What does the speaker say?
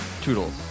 toodles